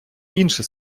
інше